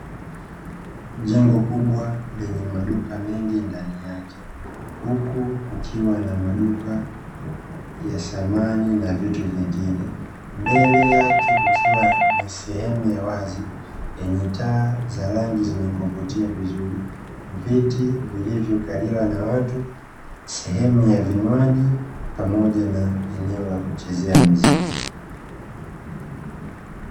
Jengo kubwa lenye maduka mengi ndani yake, huku kukiwa na maduka ya samani na vitu vingine, mbele yake kukiwa ni sehemu ya wazi yenye taa za rangi zenye kuvutia vizuri, viti vilivyokaliwa na watu, sehemu ya vinywaji, pamoja na eneo la kuchezea muziki.